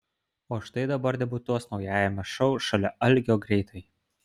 o štai dabar debiutuos naujajame šou šalia algio greitai